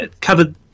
covered